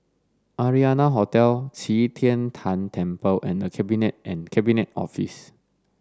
Arianna Hotel Qi Tian Tan Temple and The Cabinet and Cabinet Office